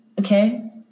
Okay